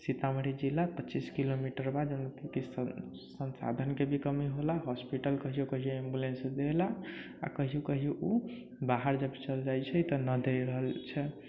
सीतामढ़ी जिला पच्चीस किलोमीटर बा जोन कि संसाधनके भी कमी होला हॉस्पिटल कहियो कहियो एम्बुलेन्स देबेला आ कहियो कहियो ओ बाहर जब चल जाइ छै तऽ न देइ रहल छै